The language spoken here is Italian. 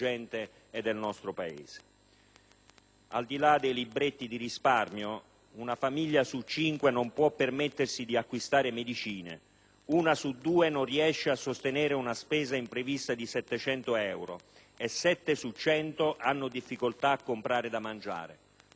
Al di là dei libretti di risparmio, una famiglia su cinque non può permettersi di acquistare medicine, una su due non riesce a sostenere una spesa imprevista di 700 euro e sette su cento hanno difficoltà a comprare da mangiare. Sono dati ufficiali dell'ISTAT